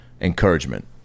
encouragement